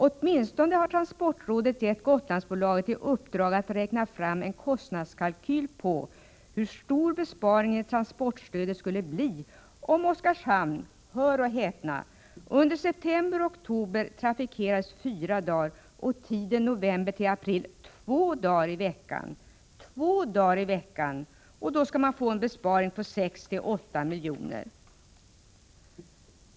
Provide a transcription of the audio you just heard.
Åtminstone har transportrådet gett Gotlandsbolaget i uppdrag att räkna fram en kostnadskalkyl på hur stor besparingen i transportstödet skulle bli, om Oskarshamn — hör och häpna — under september och oktober trafikerades fyra dagar och under tiden november-april två dagar i veckan. Då skulle man få en besparing på 6-8 miljoner.